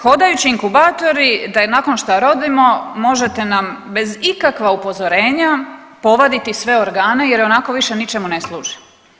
Hodajući inkubatori, da je nakon što rodimo, možete nam bez ikakva upozorenja povaditi sve organe jer ionako više ničemu ne služi.